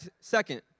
second